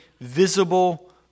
visible